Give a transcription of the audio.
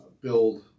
build